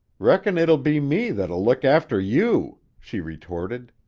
reckon it'll be me that'll look after you! she retorted.